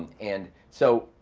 and so